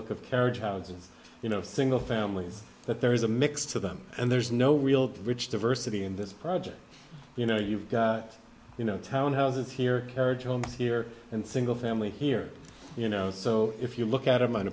look at carriage houses you know single families that there is a mix to them and there's no real rich diversity in this project you know you've got you know town houses here carriage homes here and single family here you know so if you look at